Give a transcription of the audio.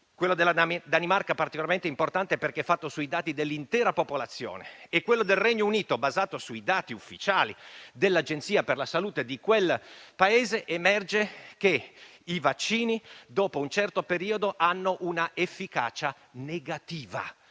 (quella della Danimarca particolarmente importante, perché fatta sui dati dell'intera popolazione, e quella del Regno Unito basata sui dati ufficiali dell'agenzia per la salute di quel Paese), emerge che i vaccini, dopo un certo periodo, hanno una efficacia negativa.